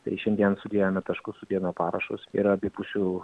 tai šiandien sudėjome taškus sudėjome parašus ir abipusiu